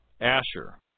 Asher